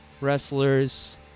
wrestlers